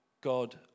God